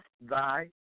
thy